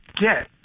get